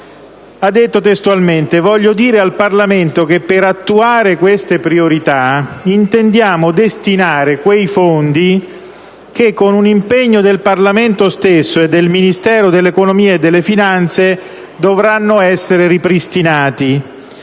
ha detto testualmente: «Voglio dire al Parlamento che per attuare queste priorità intendiamo destinare quei fondi che con un impegno del Parlamento stesso e del Ministero dell'economia e delle finanze dovranno essere ripristinati.